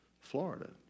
Florida